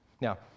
Now